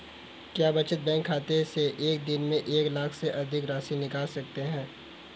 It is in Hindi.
क्या बचत बैंक खाते से एक दिन में एक लाख से अधिक की राशि निकाल सकते हैं?